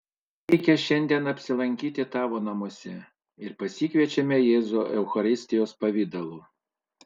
man reikia šiandien apsilankyti tavo namuose ir pasikviečiame jėzų eucharistijos pavidalu